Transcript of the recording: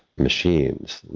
machines